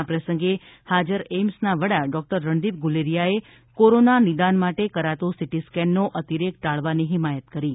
આ પ્રસંગે હાજર એઈમ્સ ના વડા ડોક્ટર રણદીપ ગુલેરિયા એ કોરોના નિદાન માટે કરાતો સિટી સ્કેન નો અતિરેક ટાળવાની હિમાયત કરી છે